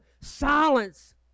silence